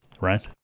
right